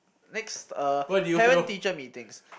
next uh parent teacher meetings